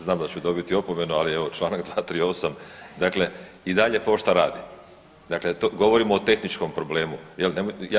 Znam da ću dobiti opomenu, ali evo čl. 238., dakle i dalje pošta radi, dakle govorimo o tehničkom problemu, jel.